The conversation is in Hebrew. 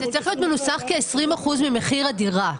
זה צריך להיות מנוסח כ-20% ממחיר הדירה.